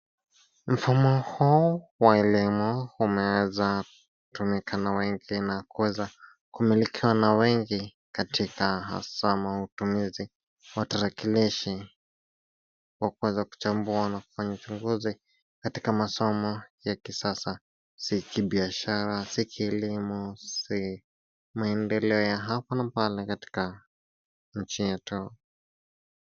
Mfumo huu wa elimu umeweza kutumika na wengi na kuweza kumilika na wengi katika hasa matumizi wa tarakilishi, kwa kuweza kuchambua na kufanya uchunguzi katika masomo ya sasa, si kimaendeleo, si kielimu, si maendeleo ya hapa na pale katika nchi yetu.